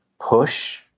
push